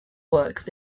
works